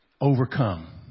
overcome